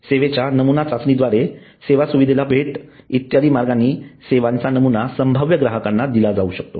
सेवेच्या नमुना चाचणीद्वारे सेवा सुविधेला भेट इत्यादी मार्गांनी सेवांचा नमुना संभाव्य ग्राहकांना दिला जावू शकतो